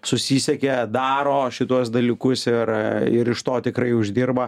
susisiekia daro šituos dalykus ir ir iš to tikrai uždirba